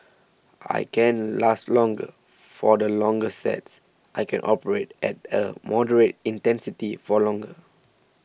I can last longer for the longer sets I can operate at a moderate intensity for longer